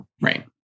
Right